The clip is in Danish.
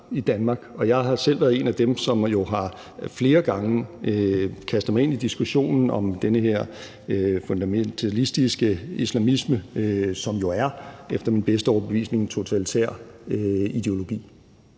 i Danmark, og jeg har selv været en af dem, som flere gange har kastet sig ind i diskussionen om den her fundamentalistiske islamisme, som efter min bedste overbevisning er en totalitær ideologi.